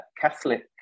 Catholic